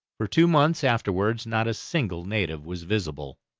for two months afterwards not a single native was visible.